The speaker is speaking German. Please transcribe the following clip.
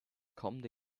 kommende